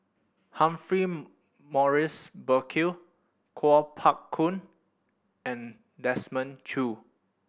Humphrey Morrison Burkill Kuo Pao Kun and Desmond Choo